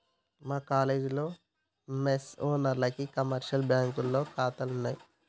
మా కాలేజీలో మెస్ ఓనర్లకి కమర్షియల్ బ్యాంకులో ఖాతాలున్నయ్